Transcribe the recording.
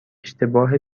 اشتباه